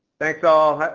thanks all,